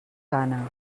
gana